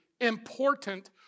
important